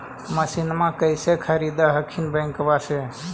मसिनमा कैसे खरीदे हखिन बैंकबा से?